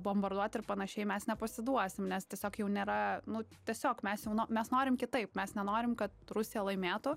bombarduot ir panašiai mes nepasiduosim nes tiesiog jau nėra nu tiesiog mes jau nu mes norim kitaip mes nenorim kad rusija laimėtų